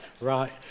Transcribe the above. right